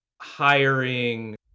hiring